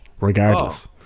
regardless